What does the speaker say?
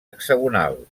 hexagonal